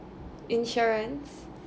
insurance